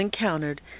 encountered